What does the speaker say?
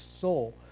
soul